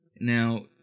Now